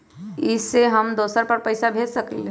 इ सेऐ हम दुसर पर पैसा भेज सकील?